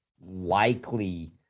likely